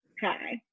hi